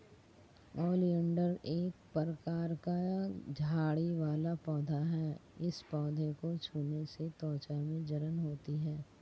oleander एक प्रकार का झाड़ी वाला पौधा है इस पौधे को छूने से त्वचा में जलन होती है